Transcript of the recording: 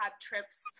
trips